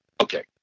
Okay